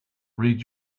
read